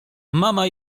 mama